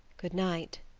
good night,